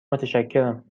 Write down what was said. متشکرم